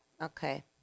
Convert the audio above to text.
Okay